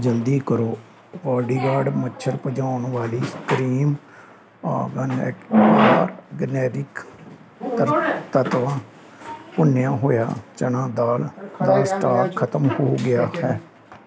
ਜਲਦੀ ਕਰੋ ਬਾਡੀਗਾਰਡ ਮੱਛਰ ਭਜਾਉਣ ਵਾਲੀ ਕਰੀਮ ਅਤੇ ਆਰਗੈਨਿਕ ਤੱਤਵਾ ਭੁੰਨਿਆ ਹੋਇਆ ਚਨਾ ਦਾਲ ਦਾ ਸਟਾਕ ਖਤਮ ਹੋ ਰਿਹਾ ਹੈ